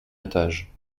étage